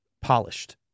polished